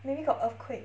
maybe got earthquake